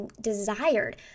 desired